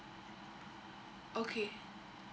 okay